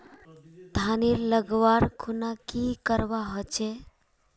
धानेर लगवार खुना की करवा होचे?